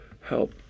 help